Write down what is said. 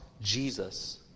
Jesus